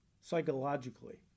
psychologically